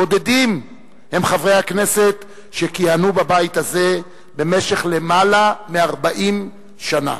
בודדים הם חברי הכנסת שכיהנו בבית הזה במשך יותר מ-40 שנה.